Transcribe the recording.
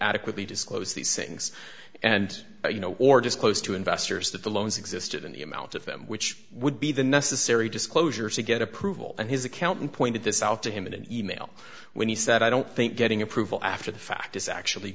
adequately disclose these things and you know or just close to investors that the loans existed in the amount of them which would be the necessary disclosures to get approval and his accountant pointed this out to him in an e mail when he said i don't think getting approval after the fact is actually